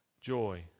joy